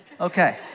Okay